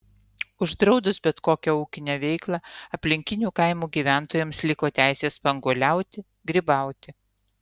uždraudus bet kokią ūkinę veiklą aplinkinių kaimų gyventojams liko teisė spanguoliauti grybauti